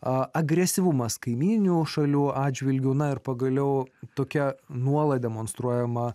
agresyvumas kaimynių šalių atžvilgiu na ir pagaliau tokia nuolat demonstruojama